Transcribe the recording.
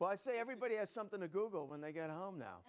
but i say everybody has something to google when they get home now